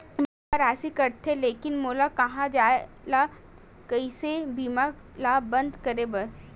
Bank मा राशि कटथे लेकिन मोला कहां जाय ला कइसे बीमा ला बंद करे बार?